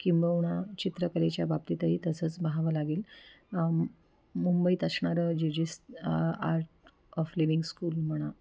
किंबहुना चित्रकलेच्या बाबतीतही तसंच पहावं लागेल मुंबईत असणारं J J art of living school म्हणा